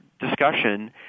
discussion